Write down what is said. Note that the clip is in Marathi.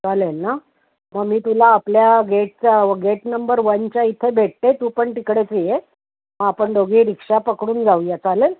चालेल ना मग मी तुला आपल्या गेटच्या गेट नंबर वनच्या इथे भेटते तू पण तिकडेच ये मग आपण दोघीही रिक्षा पकडून जाऊया चालेल